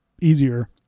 easier